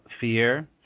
fear